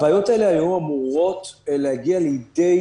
הבעיות האלה היו אמורות להגיע לידי